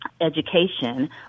education